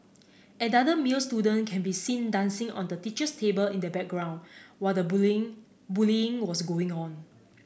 another male student can be seen dancing on the teacher's table in the background while the bullying bullying was going on